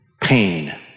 pain